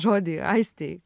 žodį aistei